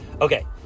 Okay